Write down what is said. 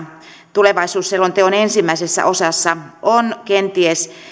tulevaisuusselonteon ensimmäisessä osassa on kenties